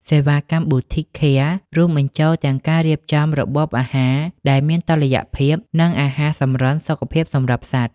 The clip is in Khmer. សេវាកម្ម Boutique Care រួមបញ្ចូលទាំងការរៀបចំរបបអាហារដែលមានតុល្យភាព និងអាហារសម្រន់សុខភាពសម្រាប់សត្វ។